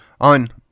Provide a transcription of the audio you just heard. on